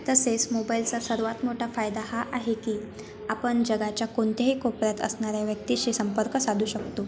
तसेच मोबाईलचा सर्वात मोठा फायदा हा आहे की आपण जगाच्या कोणत्याही कोपऱ्यात असणाऱ्या व्यक्तीशी संपर्क साधू शकतो